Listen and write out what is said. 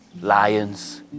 Lions